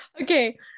Okay